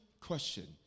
question